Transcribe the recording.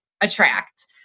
attract